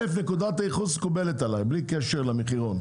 נקודת הייחוס מקובלת עליי, בלי קשר למחירון.